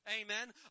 Amen